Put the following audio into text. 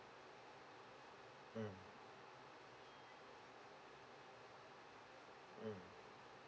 mm mm